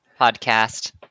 podcast